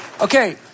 Okay